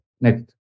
Next